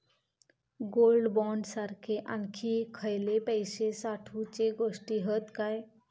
Gold bond सारखे आणखी खयले पैशे साठवूचे गोष्टी हत काय?